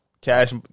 Cash